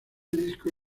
disco